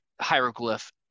hieroglyph